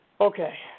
Okay